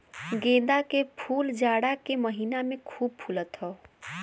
गेंदा के फूल जाड़ा के महिना में खूब फुलत हौ